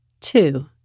Two